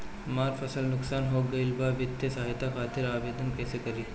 हमार फसल नुकसान हो गईल बा वित्तिय सहायता खातिर आवेदन कइसे करी?